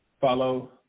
follow